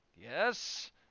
Yes